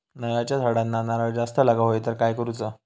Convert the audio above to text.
नारळाच्या झाडांना नारळ जास्त लागा व्हाये तर काय करूचा?